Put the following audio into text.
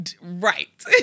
right